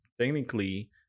technically